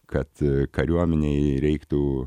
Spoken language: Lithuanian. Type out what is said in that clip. kad kariuomenei reiktų